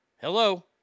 Hello